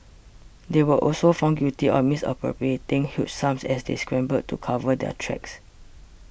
they were also found guilty of misappropriating huge sums as they scrambled to cover their tracks